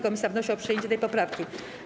Komisja wnosi o przyjęcie tej poprawki.